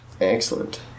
excellent